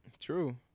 True